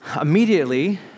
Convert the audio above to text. Immediately